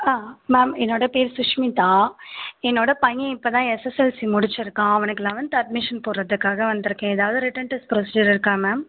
ma'am என்னோட பெயர் சுஷ்மிதா என்னோடய பையன் இப்போ தான் எஸ்எஸ்எல்சி முடிச்சிருக்கான் அவனுக்கு லெவன்த் அட்மிஷன் போடுகிறதுக்காக வந்துருக்கேன் ஏதாவது ரிட்டன் டெஸ்ட் புரொசிஜர் இருக்கா மேம்